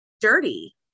dirty